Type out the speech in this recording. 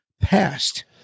past